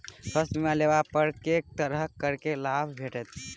स्वास्थ्य बीमा लेबा पर केँ तरहक करके लाभ भेटत?